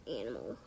animal